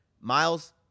Miles